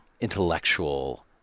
intellectual